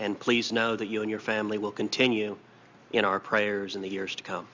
and please know that you and your family will continue in our prayers in the years to come